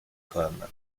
comme